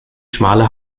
schmale